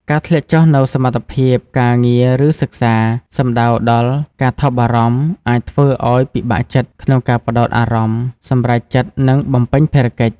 ការធ្លាក់ចុះនូវសមត្ថភាពការងារឬសិក្សា សំដៅដល់ការថប់បារម្ភអាចធ្វើឱ្យពិបាកក្នុងការផ្តោតអារម្មណ៍ សម្រេចចិត្ត និងបំពេញភារកិច្ច។